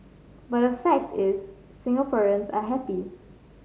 but the fact is Singaporeans are happy